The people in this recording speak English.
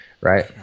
Right